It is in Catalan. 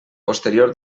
posterior